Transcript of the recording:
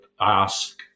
ask